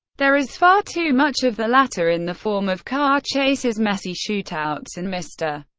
there is far too much of the latter, in the form of car chases, messy shootouts and mr.